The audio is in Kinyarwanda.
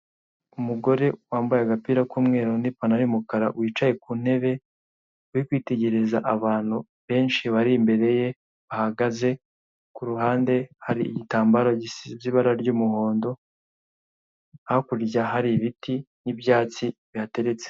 Umugore wambaye agapira k'umweru n'ipantaro y'umukara wicaye ku ntebe, uri kwitegereza abantu benshi bari imbere ye bahagaze, ku ruhande hari igitambaro gisize ibara ry'umuhondo, hakurya hari ibiti n'ibyatsi bihateretse.